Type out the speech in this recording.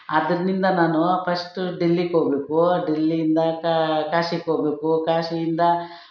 ಆದ್ರಿಂದ ನಾನು ಫಸ್ಟು ಡಿಲ್ಲಿಗೆ ಹೋಗಬೇಕು ಡಿಲ್ಲಿಯಿಂದ ಕಾಶಿಗೆ ಹೋಗಬೇಕು ಕಾಶಿಯಿಂದ